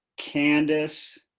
Candice